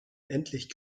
endlich